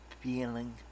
feeling